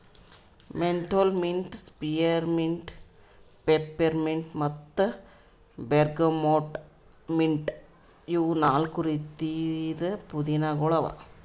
menthol mint, spearmint, peppermint ಮತ್ತ bergamot mint ಇವು ನಾಲ್ಕು ರೀತಿದ್ ಪುದೀನಾಗೊಳ್ ಅವಾ